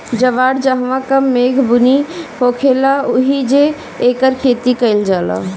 जवार जहवां कम मेघ बुनी होखेला ओहिजे एकर खेती कईल जाला